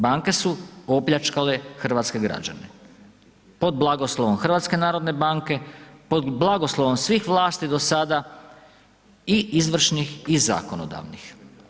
Banke su opljačkale hrvatske građane pod blagoslovom HNB-om, pod blagoslovom svih vlasti do sada, i izvršnih i zakonodavnih.